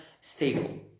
stable